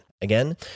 Again